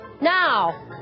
Now